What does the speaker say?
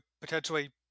potentially